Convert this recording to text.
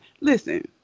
listen